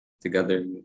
together